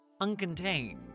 uncontained